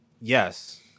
Yes